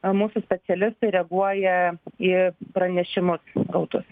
mūsų specialistai reaguoja į pranešimus gautus